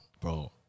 bro